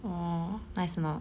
orh nice or not